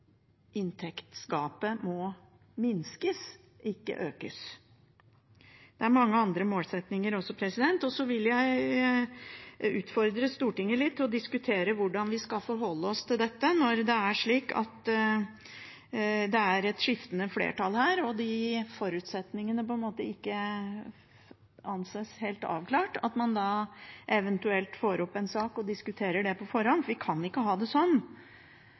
inntektsgapet må minskes, ikke økes. Det er mange andre målsettinger også. Så vil jeg utfordre Stortinget til å diskutere hvordan vi skal forholde oss til dette når det er slik at det er et skiftende flertall her, og forutsetningene ikke anses helt avklart – at man da eventuelt får opp en sak og diskuterer det på forhånd. Vi kan ikke ha det sånn